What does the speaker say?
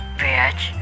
bitch